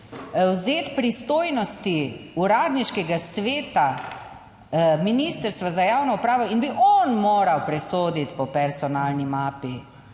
vzeti pristojnosti uradniškega sveta, ministrstva za javno upravo in bi on moral presoditi po personalni mapi,